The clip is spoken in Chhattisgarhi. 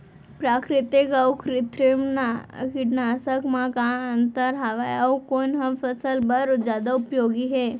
प्राकृतिक अऊ कृत्रिम कीटनाशक मा का अन्तर हावे अऊ कोन ह फसल बर जादा उपयोगी हे?